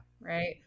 right